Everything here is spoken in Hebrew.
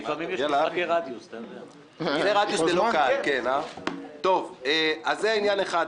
אז זה עניין אחד.